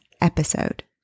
episode